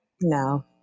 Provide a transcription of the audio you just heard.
No